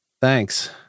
Thanks